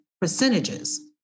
percentages